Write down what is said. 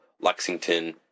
Lexington